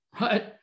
right